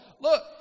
Look